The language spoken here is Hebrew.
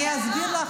די, באמת, את תסבירי,